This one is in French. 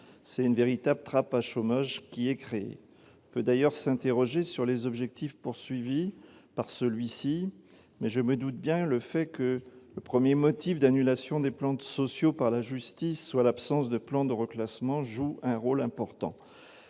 c'est une véritable trappe à chômage qui est créé peut d'ailleurs s'interroger sur les objectifs poursuivis par celui-ci, mais je me doute bien le fait que le 1er motif d'annulation des plantes sociaux par la justice, soit l'absence de plan de reclassements joue un rôle important,